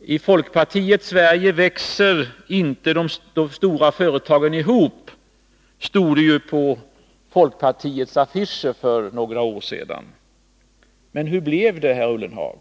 I folkpartiets Sverige växer inte de stora företagen ihop, stod det på folkpartiets affischer för några år sedan. Hur blev det, herr Ullenhag?